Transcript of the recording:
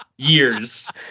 Years